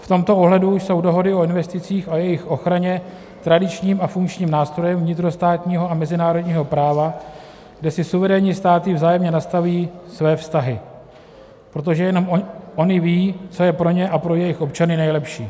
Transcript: V tomto ohledu jsou dohody o investicích a jejich ochraně tradičním a funkčním nástrojem vnitrostátního a mezinárodního práva, kde si suverénní státy vzájemně nastaví své vztahy, protože jen ony vědí, co je pro ně a pro jejich občany nejlepší.